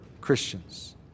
Christians